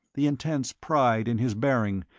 the intense pride in his bearing,